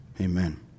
Amen